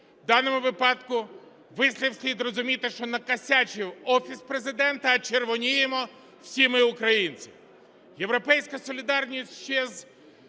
В даному випадку вислів слід розуміти, що "накосячив" Офіс Президента, а червоніємо всі ми – українці. "Європейська солідарність" ще з